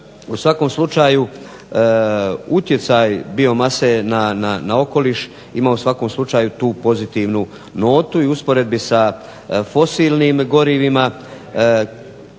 U svakom slučaju utjecaj biomase na okoliš ima u svakom slučaju tu pozitivnu notu i u usporedbi sa fosilnim gorivima